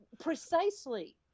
Precisely